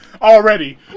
Already